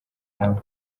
nawe